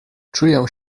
czuję